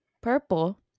purple